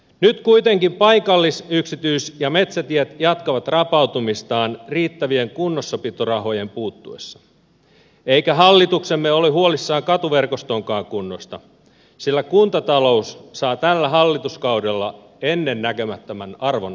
nyt kuitenkin paikallis yksityis ja metsätiet jatkavat rapautumistaan riittävien kunnossapitorahojen puuttuessa eikä hallituksemme ole huolissaan katuverkostonkaan kunnosta sillä kuntatalous saa tällä hallituskaudella ennennäkemättömän arvonalennuksen